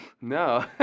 No